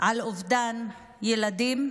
על אובדן ילדים,